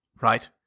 right